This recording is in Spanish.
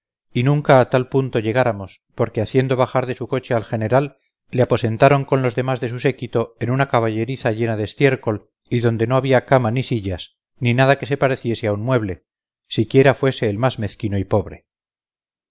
y nunca a tal punto llegáramos porque haciendo bajar de su coche al general le aposentaron con los demás de su séquito en una caballeriza llena de estiércol y donde no había cama ni sillas ni nada que se pareciese a un mueble siquiera fuese el más mezquino y pobre